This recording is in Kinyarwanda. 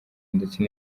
ndetse